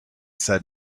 said